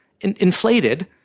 inflated